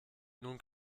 nun